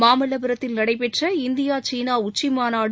மாமல்வபுரத்தில் நடைபெற்ற இந்தியா சீனா உச்சிமாநாடு